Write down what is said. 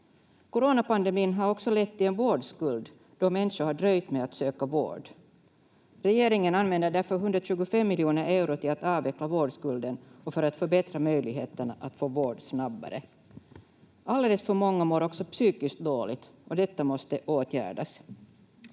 Coronapandemin har också lett till en vårdskuld då människor har dröjt med att söka vård. Regeringen använder därför 125 miljoner euro till att avveckla vårdskulden och för att förbättra möjligheterna att få vård snabbare. Alldeles för många mår också psykiskt dåligt, och detta måste åtgärdas.